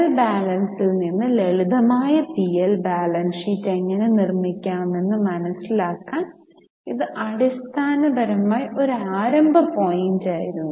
trial ബാലൻസിൽ നിന്ന് ലളിതമായ പി എൽ ബാലൻസ് ഷീറ്റ് എങ്ങനെ നിർമ്മിക്കാമെന്ന് മനസിലാക്കാൻ ഇത് അടിസ്ഥാനപരമായി ഒരു ആരംഭ പോയിന്റായിരുന്നു